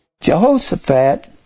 Jehoshaphat